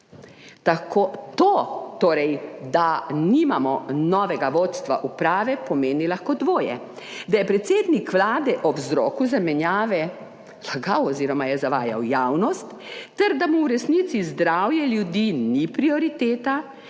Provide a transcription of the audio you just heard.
torej, da nimamo novega vodstva uprave, pomeni lahko dvoje: da je predsednik Vlade ob vzroku zamenjave lagal oz. je zavajal javnost ter da mu v resnici zdravje ljudi ni prioriteta